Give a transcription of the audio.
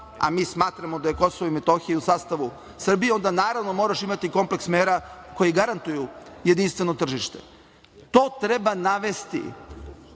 a mi smatramo da je Kosovo i Metohija u sastavu Srbije, onda moraš imati kompleks mera koje garantuju jedinstveno tržište. To treba navesti.